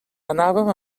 anàvem